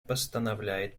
постановляет